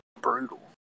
brutal